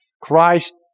Christ